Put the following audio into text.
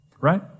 Right